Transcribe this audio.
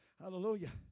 hallelujah